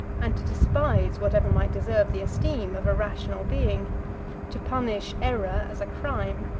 and to despise whatever might deserve the esteem of a rational being to punish error as a crime,